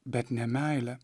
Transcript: bet ne meilę